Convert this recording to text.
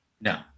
No